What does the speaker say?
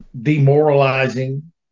demoralizing